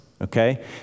okay